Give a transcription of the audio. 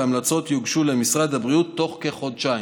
והמלצות יוגשו למשרד הבריאות בתוך כחודשיים.